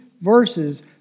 verses